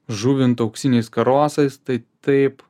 žuvint auksiniais karosais tai taip